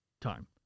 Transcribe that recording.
time